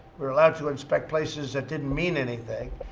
we were allowed to inspect places that didn't mean anything.